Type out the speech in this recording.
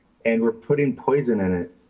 and we're putting poison in it.